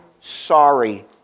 sorry